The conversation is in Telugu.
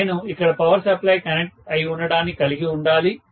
నేను ఇక్కడ పవర్ సప్లై కనెక్ట్ అయి వుండడాన్ని కలిగి ఉండాలి